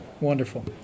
Wonderful